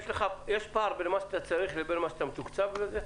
יש פער בין מה שאתה צריך לבין מה שאתה מתוקצב לזה?